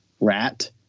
Rat